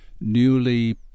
newly